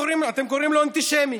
אתם קוראים לו אנטישמי.